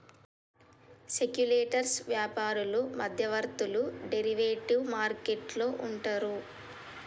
speculators వ్యాపారులు మధ్యవర్తులు derivative market లో ఉంటారు